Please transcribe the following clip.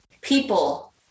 people